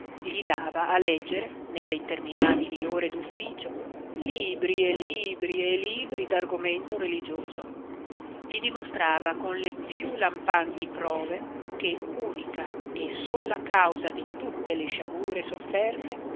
gli dava a leggere nelle interminabili ore dufficio libri e libri e libri dargomento religioso gli dimostrava con le più lampanti prove che unica e sola causa di tutte le sciagure sofferte